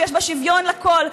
שיש בה שוויון לכול,